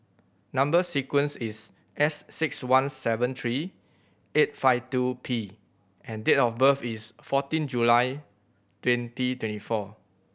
number sequence is S six one seven three eight five two P and date of birth is fourteen July twenty twenty four